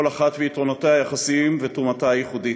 כל אחת ויתרונותיה היחסיים ותרומתה הייחודית.